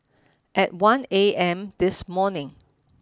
at one A M this morning